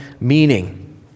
meaning